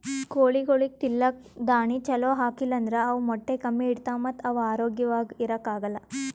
ಕೋಳಿಗೊಳಿಗ್ ತಿಲ್ಲಕ್ ದಾಣಿ ಛಲೋ ಹಾಕಿಲ್ ಅಂದ್ರ ಅವ್ ಮೊಟ್ಟೆ ಕಮ್ಮಿ ಇಡ್ತಾವ ಮತ್ತ್ ಅವ್ ಆರೋಗ್ಯವಾಗ್ ಇರಾಕ್ ಆಗಲ್